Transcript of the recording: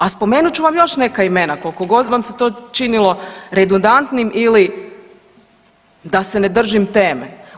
A spomenut ću vam još neka imena koliko god vam se to činili redundantnim ili da se ne držim teme.